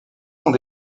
sont